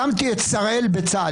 הקמתי את שראל בצה"ל.